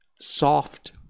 soft